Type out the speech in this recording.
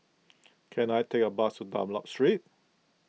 can I take a bus to Dunlop Street